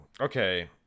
Okay